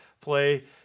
play